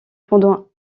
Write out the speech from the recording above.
pendant